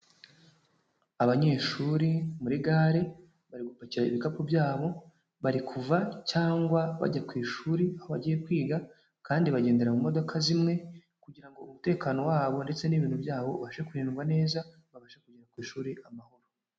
Abanyeshuri muri gare, bari gupakira ibikapu byabo, bari kuva cyangwa bajya ku ishuri, aho bagiye kwiga, kandi bagendera mu modoka zimwe kugira ngo umutekano wabo ndetse n'ibintu byabo ubashe kurindwa neza, babashe kugera ku ishuri amahoro.